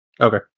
Okay